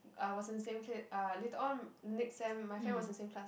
uh was in same clique uh later on next sem my friend was in same class